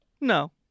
No